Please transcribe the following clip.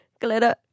Glitter